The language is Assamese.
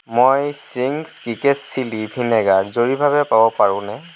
মই চিংছ চিক্ৰেট চিলি ভিনেগাৰ জৰুৰীভাৱে পাব পাৰোঁনে